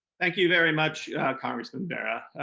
thank you very much congressman bera.